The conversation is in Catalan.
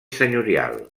senyorial